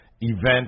event